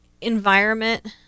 environment